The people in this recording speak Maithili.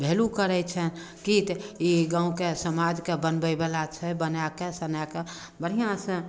भेलू करै छनि कि तऽ ई गाँवके समाजके बनबै बला छै बनैकऽ सोनैकऽ बढ़िआँ से